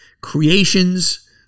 creations